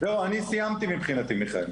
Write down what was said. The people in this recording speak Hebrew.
אני סיימתי מבחינתי מיכאל.